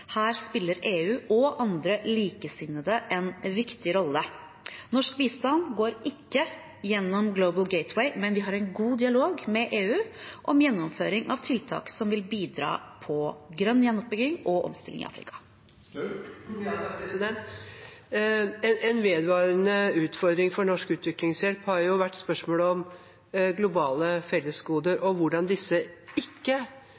Her spiller EU og andre likesinnede en viktig rolle. Norsk bistand går ikke gjennom Global Gateway, men vi har en god dialog med EU om gjennomføring av tiltak som vil bidra når det gjelder grønn gjenoppbygging og omstilling i Afrika. En vedvarende utfordring for norsk utviklingshjelp har vært spørsmål om globale fellesgoder og hvordan disse ikke